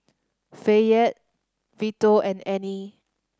Fayette Vito and Annie